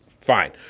Fine